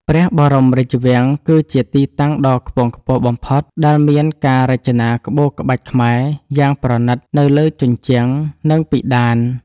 ព្រះបរមរាជវាំងគឺជាទីតាំងដ៏ខ្ពង់ខ្ពស់បំផុត ដែលមានការរចនាក្បូរក្បាច់ខ្មែរយ៉ាងប្រណីតនៅលើជញ្ជាំង និងពិដាន។